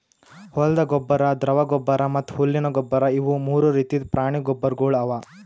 ಹೊಲ್ದ ಗೊಬ್ಬರ್, ದ್ರವ ಗೊಬ್ಬರ್ ಮತ್ತ್ ಹುಲ್ಲಿನ ಗೊಬ್ಬರ್ ಇವು ಮೂರು ರೀತಿದ್ ಪ್ರಾಣಿ ಗೊಬ್ಬರ್ಗೊಳ್ ಅವಾ